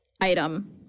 item